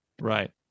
Right